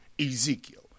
Ezekiel